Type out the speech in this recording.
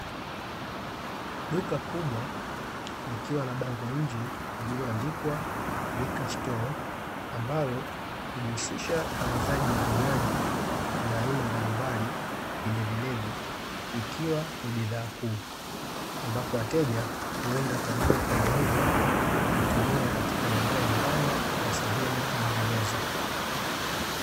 Duka kubwa likiwa na bango nje lililoandikwa LIQUOR STORE ambalo hujihusisha na uuzaji wa vinywaji vya aina mbalimbali vyenye vilevi ikiwa ni bidhaa kuu ambapo wateja huenda kwa ajili ya kununua na kutumia katika maeneo ya nyumbani na sehemu nyinginezo.